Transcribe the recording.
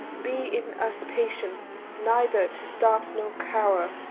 be in us patience neither to start nor cower.